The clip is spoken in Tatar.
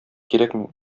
кирәкми